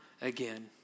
again